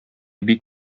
бик